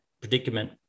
predicament